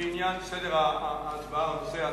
לעניין סדר ההצבעה או נושא ההצבעה,